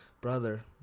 brother